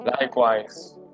Likewise